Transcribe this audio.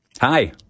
Hi